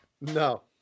No